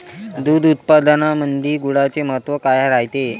दूध उत्पादनामंदी गुळाचे महत्व काय रायते?